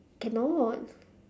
cannot